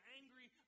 angry